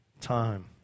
time